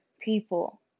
people